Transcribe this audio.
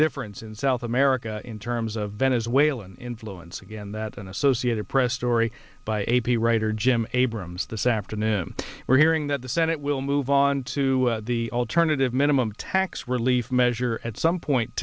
difference in south america in terms of venezuelan influence again that an associated press story by a p writer jim abrams this afternoon we're hearing that the senate will move on to the alternative minimum tax relief measure at some point